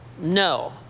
No